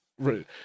right